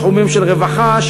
בתחומים של רווחה,